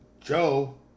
Joe